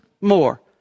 more